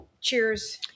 cheers